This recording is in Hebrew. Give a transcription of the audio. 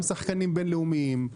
גם שחקנים בין-לאומיים,